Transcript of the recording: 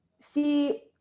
see